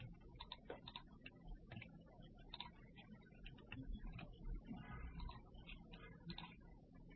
लेकिन मैं आपको एक तरह का सारांश देने जा रहा हूं जो हमने कवर किया है